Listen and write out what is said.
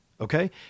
Okay